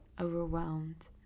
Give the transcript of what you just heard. overwhelmed